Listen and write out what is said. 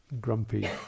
grumpy